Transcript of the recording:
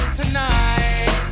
tonight